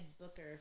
booker